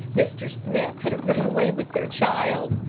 mr. smith had run away with their child.